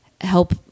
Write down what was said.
help